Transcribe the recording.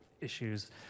issues